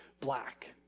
black